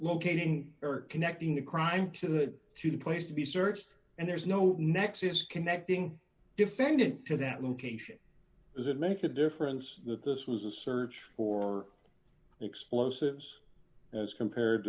locating her connecting the crime to the to the place to be searched and there's no nexus connecting defendant to that location because it makes a difference that this was a search for explosives as compared